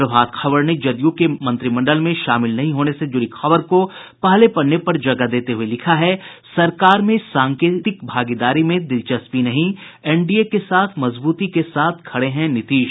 प्रभात खबर ने जदयू के मंत्रिमंडल में शामिल नहीं से जुड़ी खबर को पहले पन्ने पर जगह देते हुये लिखा है सरकार में सांकेतिक भागीदारी में दिलचस्पी नहीं एनडीए के साथ मजबूती से खड़े हैं नीतीश